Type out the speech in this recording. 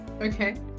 Okay